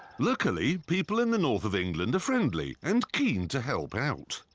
luckily, people in the north of england are friendly and keen to help out.